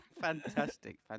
fantastic